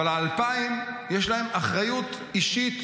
אבל על ה-2,000 יש להם אחריות אישית,